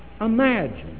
Imagine